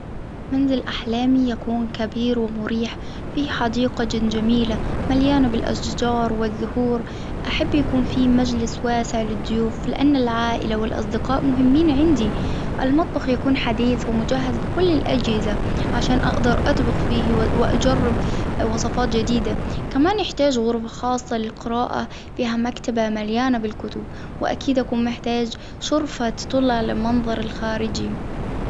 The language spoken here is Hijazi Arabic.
منزل أحلامي يكون كبير ومريح في حديقة جميلة مليانة بالأشجار والزهور، أحب يكون في مجلس واسع للضيوف ،لأن العائلة والأصدقاء مهمين عندي. المطبخ يكون حديث ومجهز بكل الأجهزة، عشان أأدر أطبخ فيه وأجرب وصفات جديدة، كمان يحتاج غرفة خاصة للقراءة فيها مكتبة مليانة بالكتب، وأكيد أكون محتاج شرفة تطل على المنظر الخارجي.